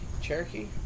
Cherokee